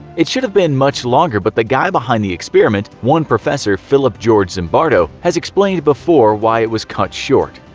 it should have been much longer, but the guy behind the experiment, one professor philip george zimbardo, has explained before why it was cut short.